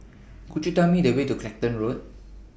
Could YOU Tell Me The Way to Clacton Road